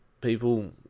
people